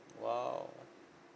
!wow!